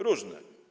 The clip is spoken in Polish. Różne.